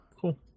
Cool